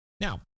Now